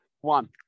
one